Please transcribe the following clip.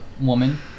woman